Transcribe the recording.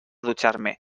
ducharme